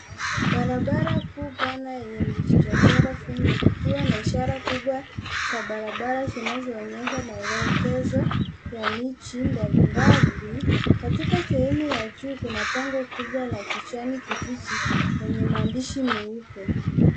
Barabara kuu pana yenye vichochoro vingi vikiwa na ishara kubwa ya barabara linaloonyesha maelezo ya miji mbalimbali .Katikati sehemu ya juu kuna bango kubwa ya kijani kibichi yenye maandishi meupe.